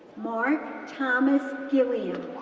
mark thomas gilliam,